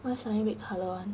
why suddenly red colour [one]